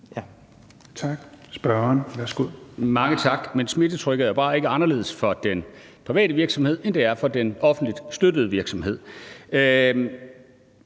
Tak. Spørgeren, værsgo.